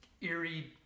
eerie